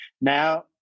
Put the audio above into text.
Now